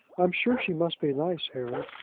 i'm sure she must be nice, harry,